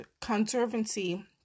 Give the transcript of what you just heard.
Conservancy